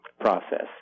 process